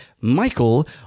Michael